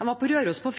Jeg var på Røros på